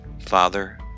Father